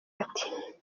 ati